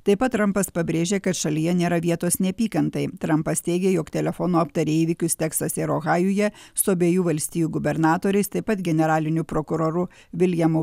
taip pat trampas pabrėžė kad šalyje nėra vietos neapykantai trampas teigė jog telefonu aptarė įvykius teksase ir ohajuje su abiejų valstijų gubernatoriais taip pat generaliniu prokuroru viljamu